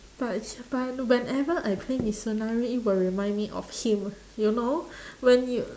but but whenever I play mitsunari it will remind me of him you know when you